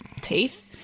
teeth